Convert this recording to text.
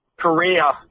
Korea